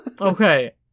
Okay